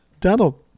Donald